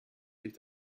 sich